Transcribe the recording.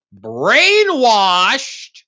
brainwashed